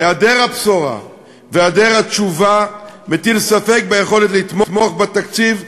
היעדר הבשורה והיעדר התשובה מטילים ספק ביכולת לתמוך בתקציב,